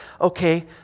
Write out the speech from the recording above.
okay